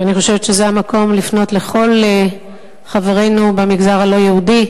ואני חושבת שזה המקום לפנות לכל חברינו במגזר הלא-יהודי: